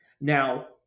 Now